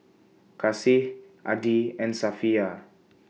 Kasih Adi and Safiya